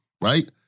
Right